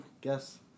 guess